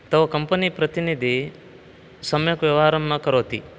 तव कम्पनि प्रतिनिधिः सम्यक् व्यवहारं न करोति